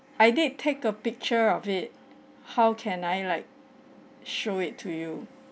I did take a picture of it how can I like show it to you